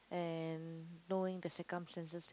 and knowing the circumstances that